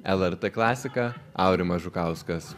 lrt klasika aurimas žukauskas